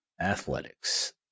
Athletics